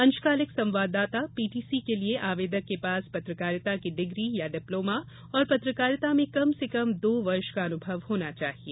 अंशकालिक संवाददाता पीटीसी के लिए आवेदक के पास पत्रकारिता की डिग्री या डिप्लोमा और पत्रकारिता में कम से कम दो वर्ष का अनुभव होना चाहिए